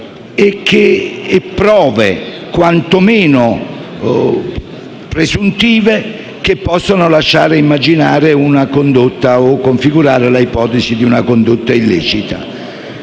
di prove quantomeno presuntive che possano lasciare immaginare o configurare l'ipotesi di una condotta illecita.